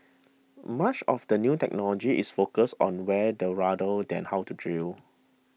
much of the new technology is focused on where the than how to drill